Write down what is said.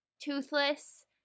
toothless